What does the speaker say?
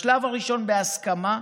בשלב הראשון בהסכמה,